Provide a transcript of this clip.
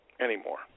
anymore